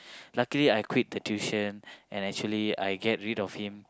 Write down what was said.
luckily I quit the tuition and actually I get rid of him